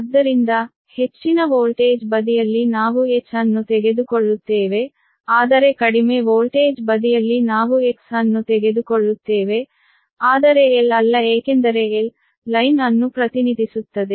ಆದ್ದರಿಂದ ಹೆಚ್ಚಿನ ವೋಲ್ಟೇಜ್ ಬದಿಯಲ್ಲಿ ನಾವು H ಅನ್ನು ತೆಗೆದುಕೊಳ್ಳುತ್ತೇವೆ ಆದರೆ ಕಡಿಮೆ ವೋಲ್ಟೇಜ್ ಬದಿಯಲ್ಲಿ ನಾವು X ಅನ್ನು ತೆಗೆದುಕೊಳ್ಳುತ್ತೇವೆ ಆದರೆ L ಅಲ್ಲ ಏಕೆಂದರೆ L ಲೈನ್ ಅನ್ನು ಪ್ರತಿನಿಧಿಸುತ್ತದೆ